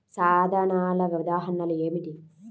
సాధనాల ఉదాహరణలు ఏమిటీ?